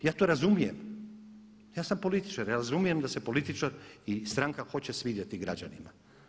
Ja to razumijem, ja sam političar, ja razumijem da se političar i stranka hoće svidjeti građanima.